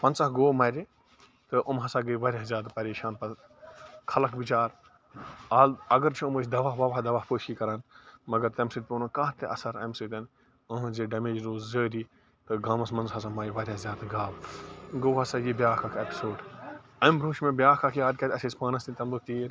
پنٛژاہ گٲو مَرِ تہٕ یِم ہسا گٔے واریاہ زیادٕ پریشان پَتہٕ خلَق بِچار اگرچہِ یِم ٲسۍ دَوا وَوا دَوا پٲشی کَران مگر تَمہِ سۭتۍ پیٛو نہٕ کانٛہہ تہِ اَثر اَمہِ سۭتۍ یہنٛز یہِ ڈیٚمیج روٗز جٲری تہٕ گامَس منٛز ہسا مۄیہِ واریاہ زیادٕ گاوٕ گوٚو ہسا یہِ بیٛاکھ اَکھ ایٚپسوڈ اَمہِ برٛونٛہہ چھُ مےٚ بیٛاکھ اَکھ یاد کیٛازِ اسہِ ٲسۍ پانَس تہِ تَمہِ دۄہ تیٖر